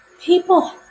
People